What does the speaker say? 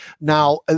Now